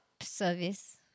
service